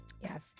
Yes